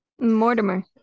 mortimer